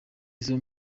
izo